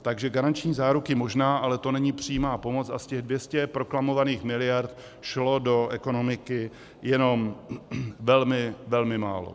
Takže garanční záruky možná, ale to není přímá pomoc, a z těch 200 proklamovaných miliard šlo do ekonomiky jenom velmi málo.